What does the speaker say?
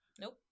Nope